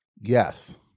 Yes